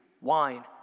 wine